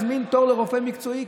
כמה זמן לוקח להזמין תור לרופא מקצועי?